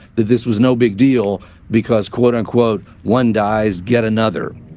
that this was no big deal because, quote-unquote, one dies, get another.